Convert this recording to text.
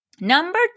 Number